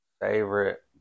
Favorite